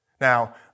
Now